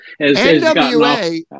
NWA